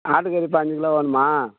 ஆட்டு கறி பயனஞ்சு கிலோ வேணுமா